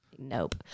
nope